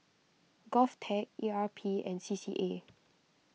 Govtech E R P and C C A